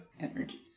energies